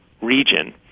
region